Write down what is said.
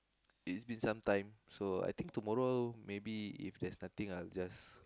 it's been sometime so I think tomorrow maybe if there's nothing I'll just